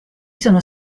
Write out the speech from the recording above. sono